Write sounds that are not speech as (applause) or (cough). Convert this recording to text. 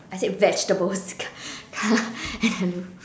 I said vegetables (laughs)